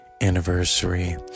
anniversary